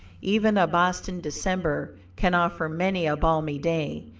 even a boston december can offer many a balmy day,